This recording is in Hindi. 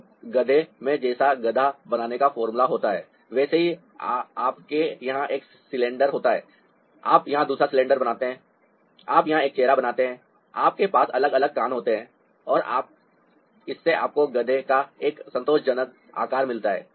तो गधे में जैसा गधा बनाने का फार्मूला होता है वैसे ही आपके यहाँ एक सिलेंडर होता है आप यहाँ दूसरा सिलेंडर बनाते हैं आप यहाँ एक चेहरा बनाते हैं आपके पास अलग अलग कान होते हैं और इससे आपको गधे का एक संतोषजनक आकार मिलता है